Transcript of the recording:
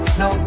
no